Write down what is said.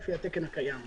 לפי התקן הקיים.